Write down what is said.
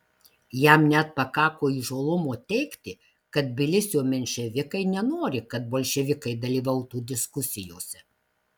jam net pakako įžūlumo teigti kad tbilisio menševikai nenori kad bolševikai dalyvautų diskusijose